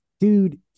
Dude